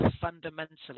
fundamentally